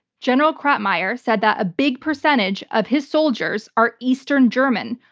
general kreitmayr said that a big percentage of his soldiers are eastern germans,